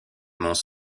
monts